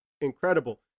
incredible